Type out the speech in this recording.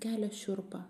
kelia šiurpą